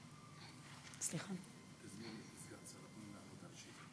התרבות והספורט.